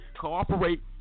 Cooperate